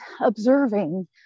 observing